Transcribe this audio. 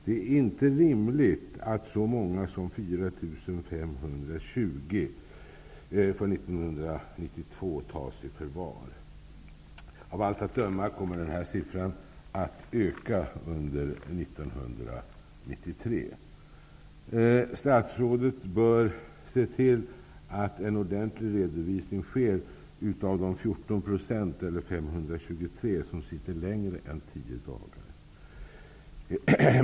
Det är inte rimligt att det 1992 togs så många som 4 520 personer i förvar. Av allt att döma kommer den här siffran att öka under 1993. Statsrådet bör se till att det sker en ordentlig redovisning av de 14 % eller de 523 personer som sitter längre än tio dagar.